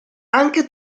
anche